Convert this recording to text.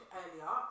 earlier